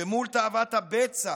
שמול תאוות הבצע